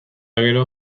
gero